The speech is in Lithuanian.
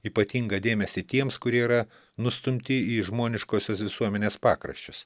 ypatingą dėmesį tiems kurie yra nustumti į žmoniškosios visuomenės pakraščius